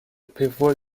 prévoit